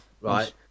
right